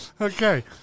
Okay